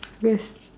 yes